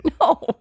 No